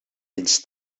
eens